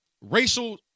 racial